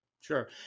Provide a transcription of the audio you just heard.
Sure